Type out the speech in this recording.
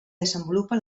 desenvolupa